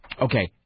okay